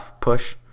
push